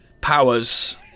powers